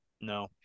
No